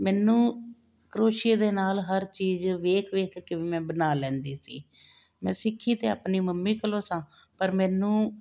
ਮੈਨੂੰ ਕਰੋਸ਼ੀਏ ਦੇ ਨਾਲ਼ ਹਰ ਚੀਜ਼ ਵੇਖ ਵੇਖ ਕੇ ਵੀ ਮੈਂ ਬਣਾ ਲੈਂਦੀ ਸੀ ਮੈਂ ਸਿੱਖੀ ਤੇ ਆਪਣੀ ਮੰਮੀ ਕੋਲੋਂ ਸਾ ਪਰ ਮੈਨੂੰ